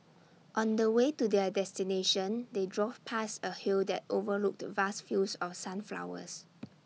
on the way to their destination they drove past A hill that overlooked the vast fields of sunflowers